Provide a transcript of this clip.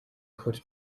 choć